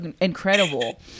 incredible